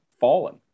fallen